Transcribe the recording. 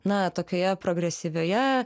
na tokioje progresyvioje